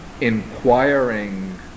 inquiring